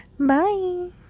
bye